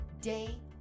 Day